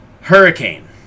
Hurricane